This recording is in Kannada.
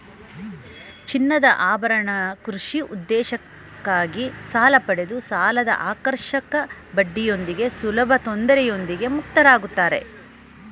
ಚಿನ್ನದಆಭರಣ ಕೃಷಿ ಉದ್ದೇಶಕ್ಕಾಗಿ ಸಾಲಪಡೆದು ಸಾಲದಆಕರ್ಷಕ ಬಡ್ಡಿಯೊಂದಿಗೆ ಸುಲಭತೊಂದರೆಯೊಂದಿಗೆ ಮುಕ್ತರಾಗುತ್ತಾರೆ